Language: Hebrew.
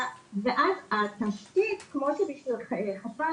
בשביל הצל